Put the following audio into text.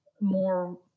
more